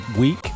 week